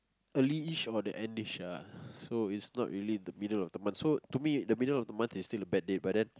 early-ish or the end-ish ah so is not really the middle of the month so to me the middle of the month is still a bad day but then